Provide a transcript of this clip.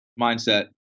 Mindset